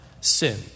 sin